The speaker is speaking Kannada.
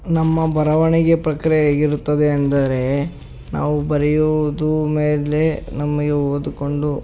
ನಮ್ಮ ಬರವಣಿಗೆ ಪ್ರಕ್ರಿಯೆ ಹೇಗಿರುತ್ತದೆ ಎಂದರೆ ನಾವು ಬರೆಯುವುದು ಮೇಲೆ ನಮಗೆ ಓದಿಕೊಂಡು